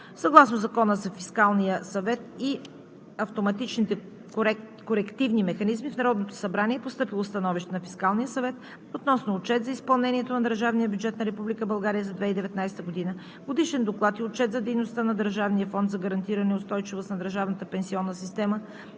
Съгласно Закона за Фискалния съвет и автоматичните корективни механизми в Народното събрание е постъпило Становище на Фискалния съвет относно Отчет за изпълнението на държавния бюджет на Република България за 2019 г., Годишен доклад и отчет за дейността на Държавния фонд за гарантиране устойчивост на държавната пенсионна система